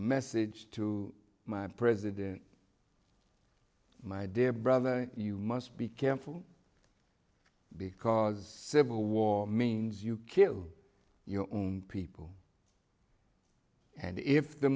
message to my president my dear brother you must be careful because civil war means you kill your own people and if the